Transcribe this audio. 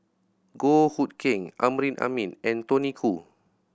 Goh Hood Keng Amrin Amin and Tony Khoo